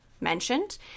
mentioned